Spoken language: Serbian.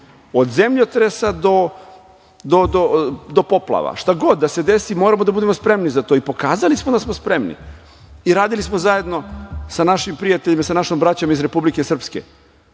od zemljotresa do poplava. Šta god da se desi moramo da budemo spremni za to. I pokazali smo da smo spremni. Radili smo zajedno sa našim prijateljima, sa našom braćom iz Republike Srpske,